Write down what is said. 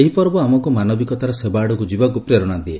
ଏହି ପର୍ବ ଆମକୁ ମାନବିକତାର ସେବା ଆଡକୁ ଯିବାକୁ ପ୍ରେରଣା ଦିଏ